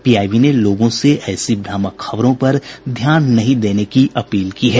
PIB ने लोगों से ऐसी भ्रामक खबरों पर ध्यान नहीं देने की अपील की है